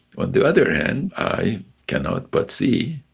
on the other hand, i cannot but see